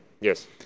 Yes